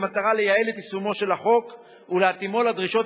במטרה לייעל את יישומו של החוק ולהתאימו לדרישות